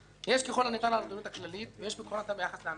יש ביחס למדיניות הכללית ויש ביחס להנחות.